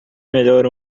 melhor